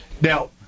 now